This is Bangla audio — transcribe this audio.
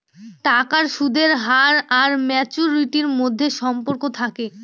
টাকার সুদের হার আর ম্যাচুরিটির মধ্যে সম্পর্ক থাকে